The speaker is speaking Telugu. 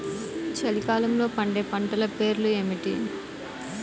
చలికాలంలో పండే పంటల పేర్లు ఏమిటీ?